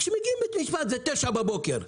וכשמגיעים לבית משפט זה 9:00 בבוקר,